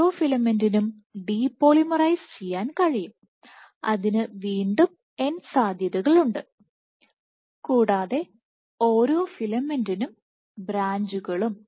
ഓരോ ഫിലമെന്റിനും ഡിപോളിമറൈസ് ചെയ്യാൻ കഴിയും അതിന് വീണ്ടും n സാധ്യതകളുണ്ട് കൂടാതെ ഓരോ ഫിലമെന്റിനും ബ്രാഞ്ചുകളും